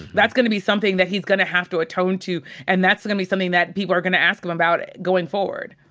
that's gonna be something that he's gonna have to atone to, and that's gonna be something that people are gonna ask him about going forward.